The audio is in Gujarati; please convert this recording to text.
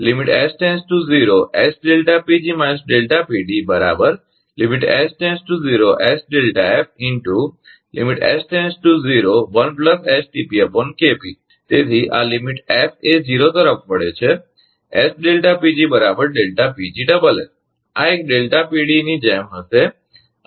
તેથી આ લીમીટ S એ 0 તરફ વળે છે આ એક ની જેમ હશે આ